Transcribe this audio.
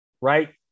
right